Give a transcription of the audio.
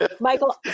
Michael